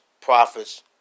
prophets